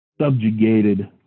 subjugated